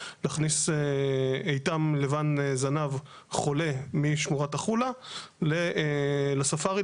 להכניס עיטם לבן זנב חולה משמורת החולה לספארי,